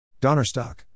Donnerstock